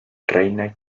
reina